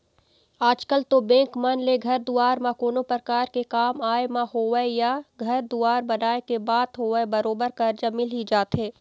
आजकल तो बेंक मन ले घर दुवार म कोनो परकार के काम आय म होवय या घर दुवार बनाए के बात होवय बरोबर करजा मिल ही जाथे